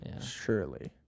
Surely